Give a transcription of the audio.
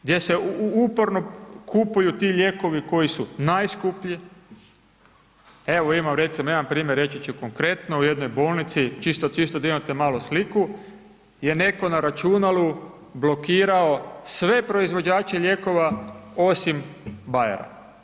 Gdje se uporno kupuju ti lijekovi koji su najskuplji, evo imam, recimo, jedan primjer, reći ću konkretno u jednoj bolnici, čisto da imate malo sliku gdje netko na računalu blokirao sve proizvođače lijekova osim Bayera.